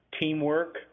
Teamwork